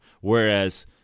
Whereas